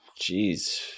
Jeez